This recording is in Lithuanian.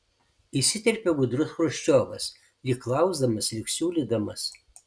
įsiterpė gudrus chruščiovas lyg klausdamas lyg siūlydamas